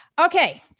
Okay